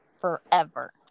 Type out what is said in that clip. forever